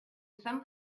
some